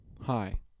Hi